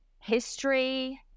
History